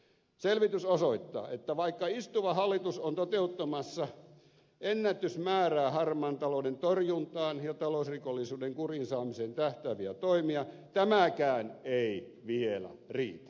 selvitys osoittaa että vaikka istuva hallitus on toteuttamassa ennätysmäärää harmaan talouden torjuntaan ja talousrikollisuuden kuriin saamiseen tähtääviä toimia tämäkään ei vielä riitä